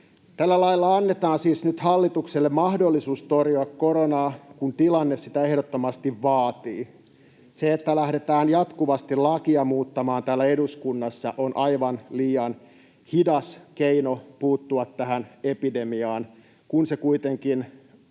Tällä lailla annetaan siis nyt hallitukselle mahdollisuus torjua koronaa, kun tilanne sitä ehdottomasti vaatii. Se, että lähdetään jatkuvasti lakia muuttamaan täällä eduskunnassa, on aivan liian hidas keino puuttua tähän epidemiaan, kun se kuitenkin